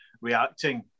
reacting